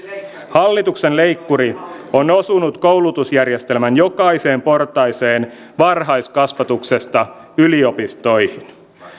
hallituksen leikkuri on osunut koulutusjärjestelmän jokaiseen portaaseen varhaiskasvatuksesta yliopistoihin